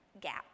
gap